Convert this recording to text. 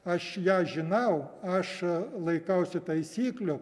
aš ją žinau aš laikausi taisyklių